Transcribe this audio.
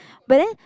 but then